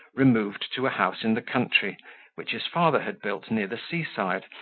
removed to a house in the country, which his father had built near the sea-side,